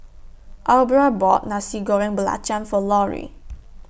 Aubra bought Nasi Goreng Belacan For Lorri